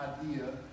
idea